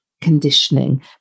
conditioning